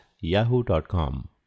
yahoo.com